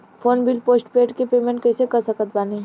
Phone bill postpaid के payment कैसे कर सकत बानी?